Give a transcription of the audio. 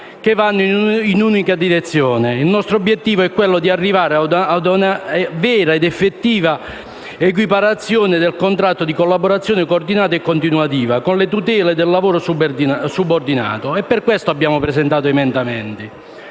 che vanno in un'unica direzione. Il nostro obiettivo è arrivare a una vera ed effettiva equiparazione del contratto di collaborazione coordinata e continuativa con le tutele del lavoro subordinato e per questo abbiamo presentato gli emendamenti.